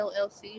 llc